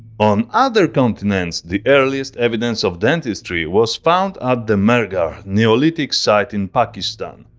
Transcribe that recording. on other continents the earliest evidence of dentistry was found at the mehrgarh neolithic site in pakistan,